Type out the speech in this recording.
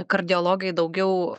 kardiologai daugiau